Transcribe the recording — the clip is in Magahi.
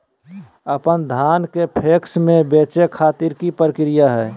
अपन धान के पैक्स मैं बेचे खातिर की प्रक्रिया हय?